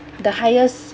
the highest